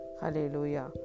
Hallelujah